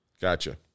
Gotcha